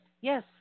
Yes